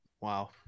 Wow